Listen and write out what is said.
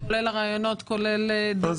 כולל הראיונות והכול.